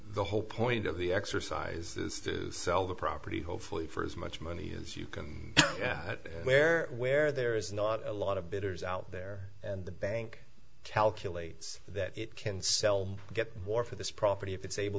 the whole point of the exercises to sell the property hopefully for as much money as you can that where where there is not a lot of bidders out there and the bank calculates that it can sell get more for this property if it's able